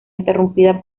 interrumpida